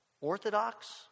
Orthodox